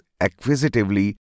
acquisitively